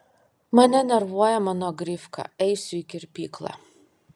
mane nervuoja mano grifka eisiu į kirpyklą